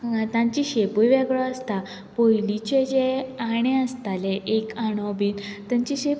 हांगा तांची शेपूय वेगळो आसता पयलींचे जे आणें आसताले एक आणो बीन तेंचे शेप